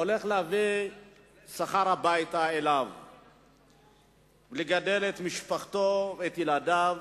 הולך להביא שכר הביתה ולגדל את משפחתו ואת ילדיו,